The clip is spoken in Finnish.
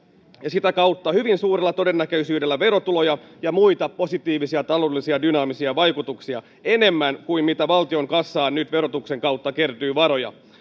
ja sitä kautta hyvin suurella todennäköisyydellä verotuloja ja muita positiivisia taloudellisia dynaamisia vaikutuksia enemmän kuin mitä valtion kassaan nyt verotuksen kautta kertyvillä varoilla saadaan